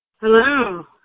Hello